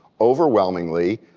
overwhelmingly,